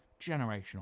Generational